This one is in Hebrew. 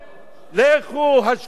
לכו השכימו לעבוד,